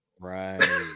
Right